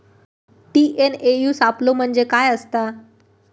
TNAU सापलो म्हणजे काय असतां?